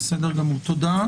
תודה.